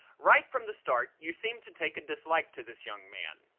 right from the start you seem to take a dislike to this young man.